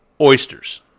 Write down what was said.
oysters